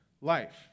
life